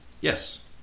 Yes